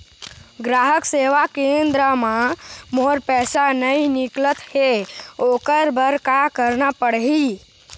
ग्राहक सेवा केंद्र म मोर पैसा नई निकलत हे, ओकर बर का करना पढ़हि?